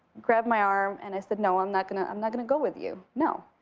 grabbed my arm and i said, no, i'm not gonna um not gonna go with you. no.